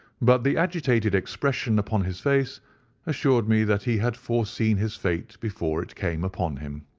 but the agitated expression upon his face assured me that he had foreseen his fate before it came upon him.